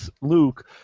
Luke